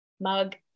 mug